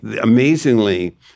amazingly